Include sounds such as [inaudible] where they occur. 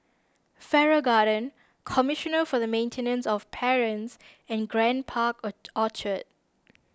Farrer Garden Commissioner for the Maintenance of Parents and Grand Park [hesitation] Orchard